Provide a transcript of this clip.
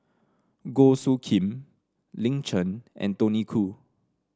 Goh Soo Khim Lin Chen and Tony Khoo